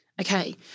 Okay